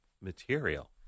material